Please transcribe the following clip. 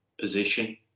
position